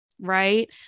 right